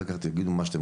אחר כך תגידו מה שאתם